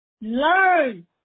learn